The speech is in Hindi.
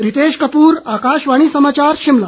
रितेश कपूर आकाशवाणी समाचार शिमला